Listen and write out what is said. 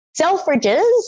Selfridges